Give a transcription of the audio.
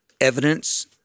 evidence